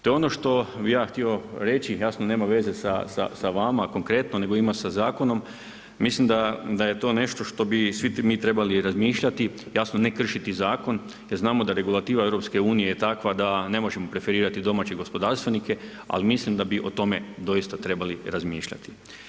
To bi ono što bi ja htio reći, jasno nema veze sa vama konkretno nego ima sa zakonom, mislim da je to nešto bi svi mi trebali razmišljati, jasno ne kršiti zakon jer znamo da regulativa EU je takva da ne možemo preferirati domaće gospodarstvenike, ali mislim da bi doista o tome trebali razmišljati.